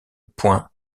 point